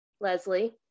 leslie